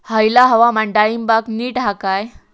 हयला हवामान डाळींबाक नीट हा काय?